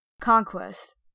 Conquest